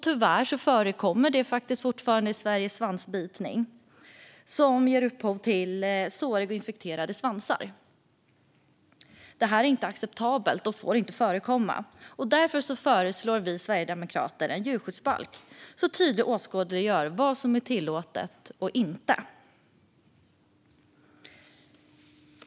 Tyvärr förekommer svansbitning fortfarande i Sverige, vilket ger upphov till såriga och infekterade svansar. Detta är inte acceptabelt och får inte förekomma, och därför föreslår vi sverigedemokrater en djurskyddsbalk som tydligt åskådliggör vad som är tillåtet och inte.